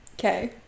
okay